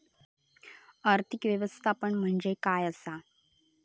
आर्थिक व्यवस्थापन म्हणजे काय असा?